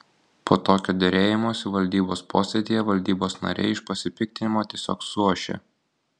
po tokio derėjimosi valdybos posėdyje valdybos nariai iš pasipiktinimo tiesiog suošė